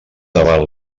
davant